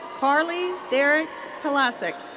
karlee derrick plasek.